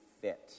fit